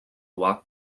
walk